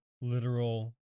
literal